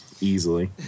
easily